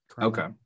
Okay